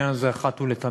איתן ברושי,